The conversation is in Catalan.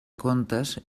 contes